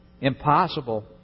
impossible